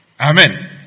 Amen